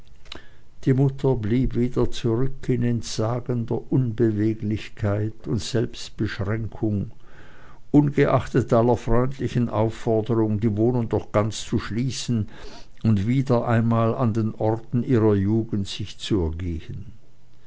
die mutter blieb wieder zurück in entsagender unbeweglichkeit und selbstbeschränkung ungeachtet aller freundlichen aufforderungen die wohnung doch ganz zu schließen und wieder einmal an den orten ihrer jugend sich zu ergehen